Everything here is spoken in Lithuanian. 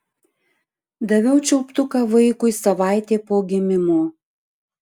daviau čiulptuką vaikui savaitė po gimimo